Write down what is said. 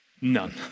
None